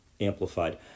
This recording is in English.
amplified